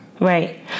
Right